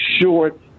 short